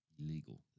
Illegal